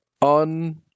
on